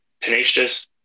tenacious